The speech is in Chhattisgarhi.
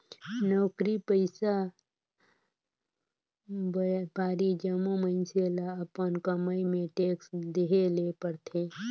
नउकरी पइसा, बयपारी जम्मो मइनसे ल अपन कमई में टेक्स देहे ले परथे